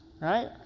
right